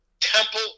Temple